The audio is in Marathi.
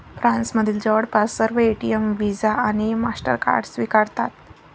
फ्रान्समधील जवळपास सर्व एटीएम व्हिसा आणि मास्टरकार्ड स्वीकारतात